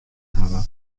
hawwe